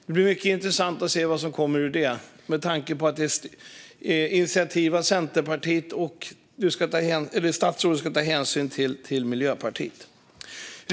Det blir mycket intressant att se vad som kommer ut ur detta med tanke på att det är ett initiativ av Centerpartiet och att statsrådet ska ta hänsyn till Miljöpartiet.